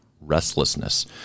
restlessness